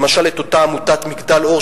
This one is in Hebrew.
למשל את אותה עמותת "מגדל אור",